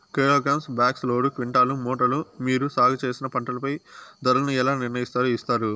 Kilogram, box, load, quintal, మూటలు మీరు సాగు చేసిన పంటపై ధరలను ఎలా నిర్ణయిస్తారు యిస్తారు?